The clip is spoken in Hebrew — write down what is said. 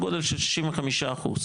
דרך שנייה וזו דרכנו